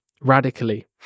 radically